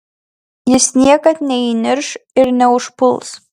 jis niekad neįnirš ir neužpuls